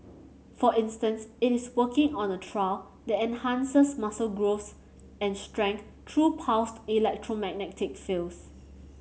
for instance it is working on a trial that enhances muscle growth and strength through pulsed electromagnetic fields